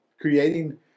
creating